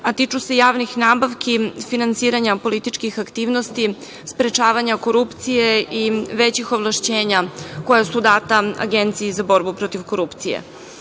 a tiču se javnih nabavki, finansiranja političkih aktivnosti, sprečavanja korupcije i većih ovlašćenja koja su data Agenciji za borbu protiv korupcije. Srpska